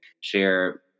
share